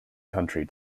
country